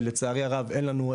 ולצערי הרב אין לנו וואקום.